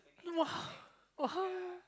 !wah! !wah!